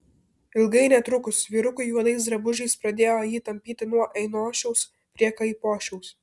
ilgai netrukus vyrukai juodais drabužiais pradėjo jį tampyti nuo ainošiaus prie kaipošiaus